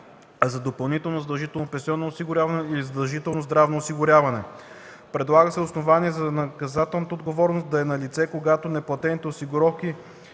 за допълнително задължително пенсионно осигуряване или за задължително здравно осигуряване. Предлага се основание за наказателна отговорност да е налице, когато неплатените осигурителни